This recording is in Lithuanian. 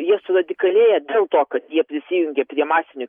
jie suradikalėja dėl to kad jie prisijungia prie masinių